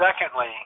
secondly